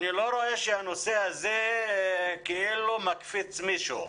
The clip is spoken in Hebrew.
אני לא רואה שהנושא הזה מקפיץ מישהו.